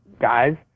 guys